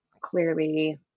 clearly